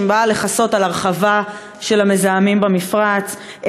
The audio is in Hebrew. שבאה לכסות על הרחבה של המזהמים במפרץ,